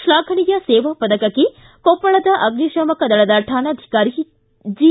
ಶ್ಲಾಘನೀಯ ಸೇವಾ ಪದಕಕ್ಕೆ ಕೊಪ್ಪಳದ ಅಗ್ನಿಶಾಮಕ ದಳದ ರಾಣಾಧಿಕಾರಿ ಜಿ